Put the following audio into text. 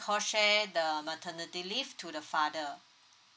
call share the maternity leave to the father